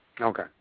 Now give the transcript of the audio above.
Okay